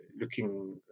looking